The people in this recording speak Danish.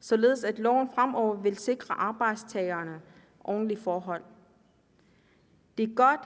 således at loven fremover vil sikre arbejdstagerne ordentlige forhold. Det er godt,